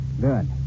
Good